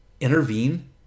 intervene